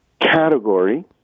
category